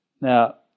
Now